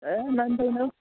हे मान्दैन हौ